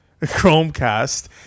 chromecast